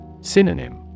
Synonym